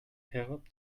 herab